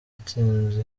itsinzi